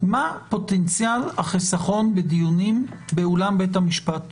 מה פוטנציאל החיסכון בדיונים באולם בית השפט,